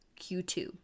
Q2